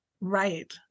Right